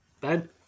Ben